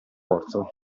orto